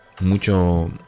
mucho